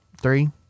three